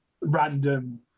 random